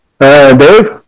Dave